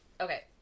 okay